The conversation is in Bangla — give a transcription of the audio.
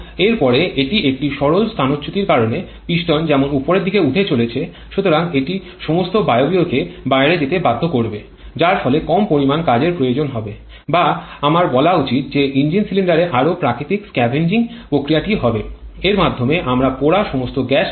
এবং এর পরে এটি একটি সরল স্থানচ্যুতি কারণ পিস্টন যেমন উপরের দিকে উঠে চলেছে সুতরাং এটি সমস্ত বায়বীয়কে বাইরে যেতে বাধ্য করবে যার ফলে কম পরিমাণ কাজের প্রয়োজনের হবে বা আমার বলা উচিত যে ইঞ্জিন সিলিন্ডারে আরো প্রাকৃতিক স্কেভেনজিং প্রক্রিয়াটি হবে এর মাধ্যমে আমরা পোড়া সমস্ত গ্যাস বার করে দিতে পারি